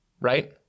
right